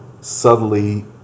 subtly